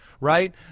Right